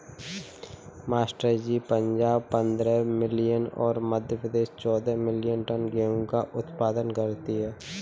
master ji Punjab पंद्रह million और मध्य प्रदेश चौदह मिलीयन टन गेहूं का उत्पादन करती है